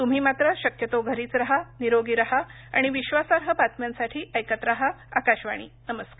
तुम्ही मात्र शक्यतो घरीच राहा निरोगी राहा आणि विश्वासार्ह बातम्यांसाठी ऐकत राहा आकाशवाणी नमस्कार